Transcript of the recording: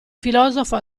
filosofo